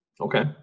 Okay